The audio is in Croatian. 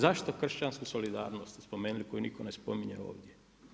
Zašto kršćansku solidarnost ste spomenuli koju nitko ne spominje ovdje?